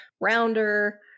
rounder